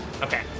okay